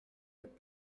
have